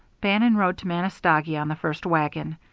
bannon rode to manistogee on the first wagon.